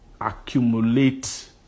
accumulate